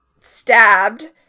stabbed